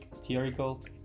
theoretical